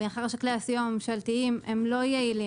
מאחר שכלי הסיוע הממשלתיים אינם יעילים